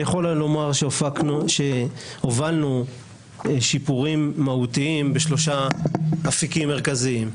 אני יכול לומר שהובלנו שיפורים מהותיים בשלושה אפיקים מרכזיים.